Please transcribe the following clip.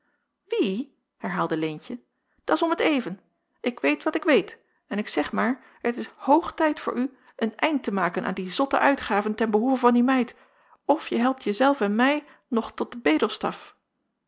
wie herhaalde leentje dat s om t even ik weet wat ik weet en ik zeg maar het is hoog tijd voor u een eind te maken aan die zotte uitgaven ten behoeve van die meid of je helpt je zelf en mij nog tot den